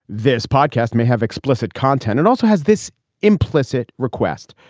this podcast may have explicit content and also has this implicit request,